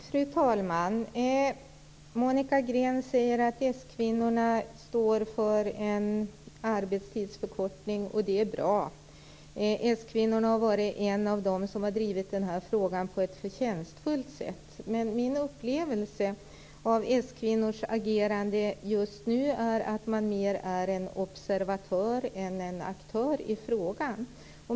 Fru talman! Monica Green säger att de socialdemokratiska kvinnorna vill ha en arbetstidsförkortning, och det är bra. Bl.a. de socialdemokratiska kvinnorna har drivit den här frågan på ett förtjänstfullt sätt. Men min upplevelse av socialdemokratiska kvinnors agerande just nu är att de mer är observatörer än aktörer i frågan.